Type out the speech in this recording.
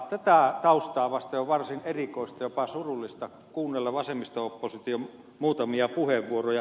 tätä taustaa vasten on varsin erikoista jopa surullista kuunnella vasemmisto opposition muutamia puheenvuoroja